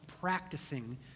practicing